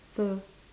so